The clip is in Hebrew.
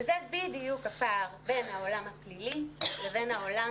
וזה בדיוק הפער בין העולם הפלילי לבין העולם